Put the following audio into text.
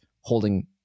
holding